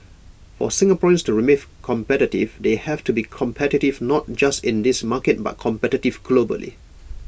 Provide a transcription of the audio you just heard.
for Singaporeans to remain competitive they have to be competitive not just in this market but competitive globally